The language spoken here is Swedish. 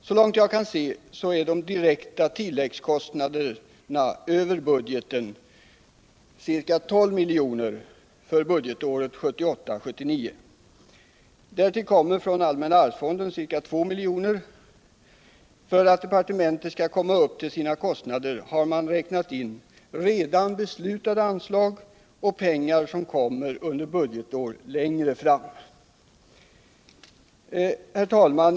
Så långt jag kan se är de direkta tilläggskostnaderna över budgeten ca 12 miljoner för budgetåret 1978/79. Därtill kommer från allmänna arvsfonden ca 2 milj.kr. För att departementet skall komma upp till sina kostnader har man räknat in redan beslutade anslag och pengar som kommer under budgetåret längre Herr talman!